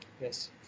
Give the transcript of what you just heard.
Yes